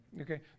Okay